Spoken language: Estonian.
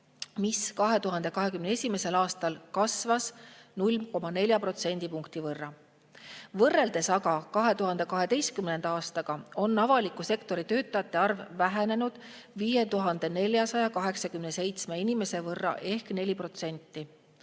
2021. aastal 0,4 protsendipunkti võrra. Võrreldes aga 2012. aastaga on avaliku sektori töötajate arv vähenenud 5487 inimese võrra ehk 4%.